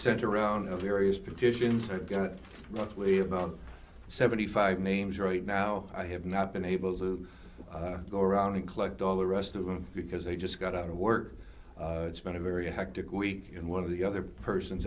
sent around the various petitions or got roughly about seventy five names right now i have not been able to go around and collect all the rest of them because they just got out of work it's been a very hectic week and one of the other person